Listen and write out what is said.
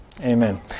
Amen